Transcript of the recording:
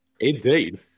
Indeed